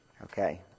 Okay